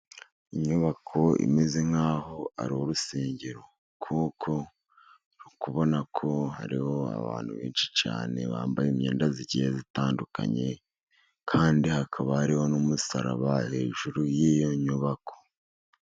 Inyubako imeze nk'aho ari urusengero ,kuko uri kubona ko hariho abantu benshi cyane bambaye imyenda igiye itandukanye, kandi hakaba hariho n'umusaraba hejuru y'iyo nyubako.